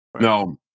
No